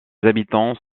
habitants